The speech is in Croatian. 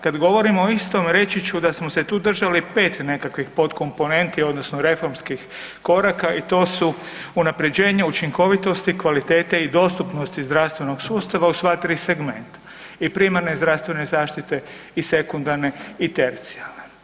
Kad govorimo o istom, reći ću da smo se tu držali pet nekakvih potkoponenti odnosno reformskih koraka i to su unapređenje učinkovitosti, kvalitete i dostupnosti zdravstvenog sustava u sva tri segmenta i primarne zdravstvene zaštite i sekundarne i tercijarne.